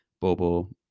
Bobo